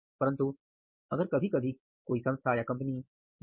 परंतु अगर कभी कभी किसी संस्था या कंपनी में